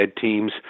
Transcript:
teams